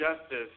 justice